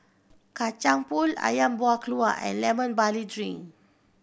Kacang Pool Ayam Buah Keluak and Lemon Barley Drink